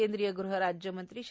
केंद्रीय ग्रहराज्यमंत्री श्री